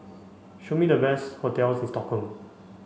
show me the best hotels in Stockholm